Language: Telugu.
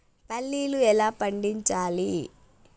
పల్లీలు ఎలా పండించాలి?